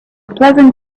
pleasant